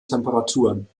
temperaturen